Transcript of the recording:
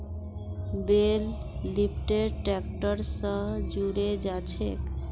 बेल lifter tractor स जुड़े जाछेक